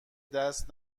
دست